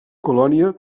colònia